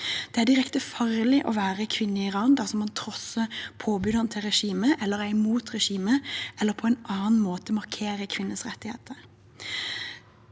Det er direkte farlig å være kvinne i Iran dersom man trosser påbudene til regimet, er imot regimet eller på annen måte markerer kvinners rettigheter.